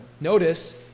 Notice